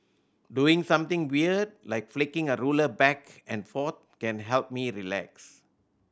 doing something weird like flicking a ruler back and forth can help me relax